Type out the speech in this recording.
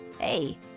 hey